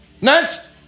Next